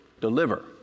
deliver